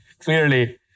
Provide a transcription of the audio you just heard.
clearly